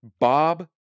Bob